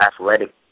athletic